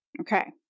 Okay